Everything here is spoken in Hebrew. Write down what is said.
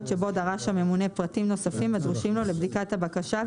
שבו דרש הממונה פרטים נוספים הדרושים לו לבדיקת הבקשה,